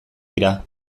dira